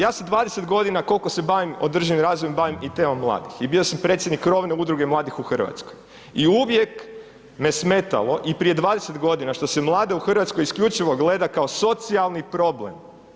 Ja sa 20 godina, koliko se bavim održivim razvojem bavim i temom mladih i bio sam predsjednik krovne udruge mladih u Hrvatskoj i uvijek me smetalo i prije 20 godina, što se mlade u Hrvatskoj isključivo gledao kao socijalni problem.